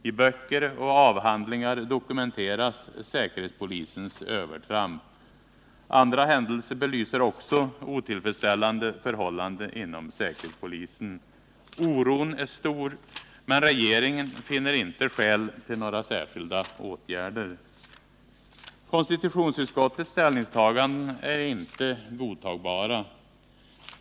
I böcker och avhandlingar dokumenteras säkerhetspolisens övertramp. Andra händelser belyser också otillfredsställande förhållanden inom säkerhetspolisen. Oron är stor, men regeringen finner inte skäl till några särskilda åtgärder. Konstitutionsutskottets ställningstaganden är inte godtagbara.